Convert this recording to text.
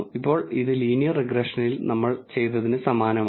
ഇപ്പോൾ ഇത് ലീനിയർ റിഗ്രഷനിൽ നമ്മൾ ചെയ്തതിന് സമാനമാണ്